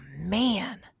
man